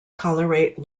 tolerate